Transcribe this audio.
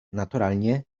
naturalnie